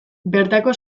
bertako